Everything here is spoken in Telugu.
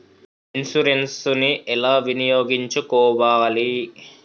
ఇన్సూరెన్సు ని నేను ఎలా వినియోగించుకోవాలి?